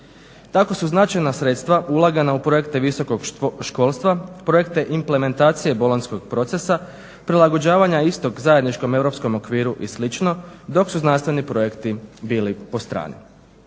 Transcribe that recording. Tako su značajna sredstva ulagana u projekte visokog školstva, projekte implementacije bolonjskog procesa, prilagođavanja istog zajedničkom europskom okviru i slično dok su znanstveni projekti bili po strani.